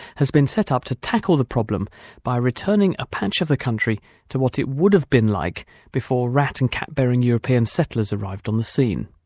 has been set up to tackle the problem by returning a patch of the country to what it would've been like before rat and cat bearing european settlers arrived on the scene.